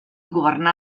governà